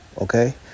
Okay